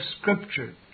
Scripture